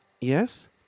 Yes